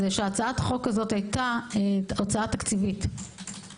הוא שהצעת החוק הזו היתה הצעה תקציבית.